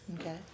Okay